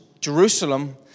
Jerusalem